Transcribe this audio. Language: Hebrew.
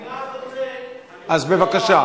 אני רק רוצה, אז בבקשה.